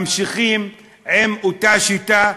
ואתם עוצמים עיניים, ממשיכים עם אותה שיטה,